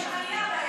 יש עלייה בהם.